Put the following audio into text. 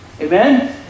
Amen